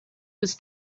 was